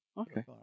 Okay